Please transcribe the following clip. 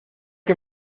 que